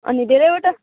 अनि धेरैवटा